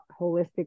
holistic